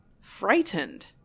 frightened